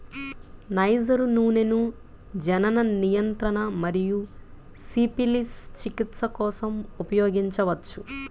niger నూనెను జనన నియంత్రణ మరియు సిఫిలిస్ చికిత్స కోసం ఉపయోగించవచ్చు